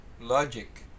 Logic